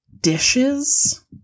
dishes